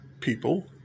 people